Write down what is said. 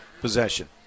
possession